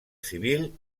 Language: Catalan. civil